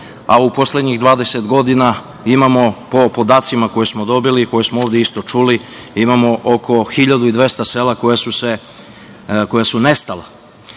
a u poslednjih 20 godina imamo, po podacima koje smo dobili, koje smo ovde isto čuli, imamo oko 1.200 sela koja su